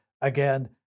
Again